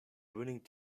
winning